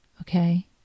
Okay